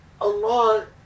Allah